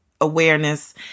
awareness